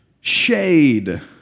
Shade